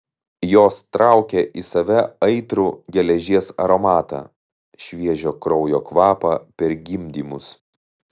jos traukė į save aitrų geležies aromatą šviežio kraujo kvapą per gimdymus